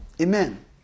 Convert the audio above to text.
Amen